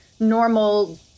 normal